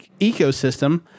ecosystem